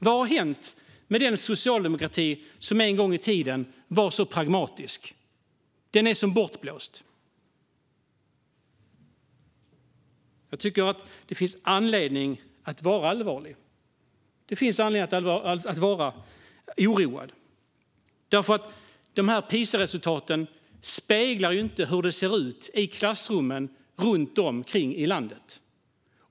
Vad har hänt med den socialdemokrati som en gång i tiden var så pragmatisk? Den är som bortblåst. Jag tycker att det finns anledning att vara allvarlig. Det finns anledning att vara oroad, för de här PISA-resultaten speglar inte hur det ser ut i klassrummen runt omkring i landet.